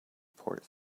port